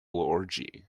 orgy